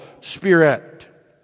spirit